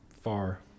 far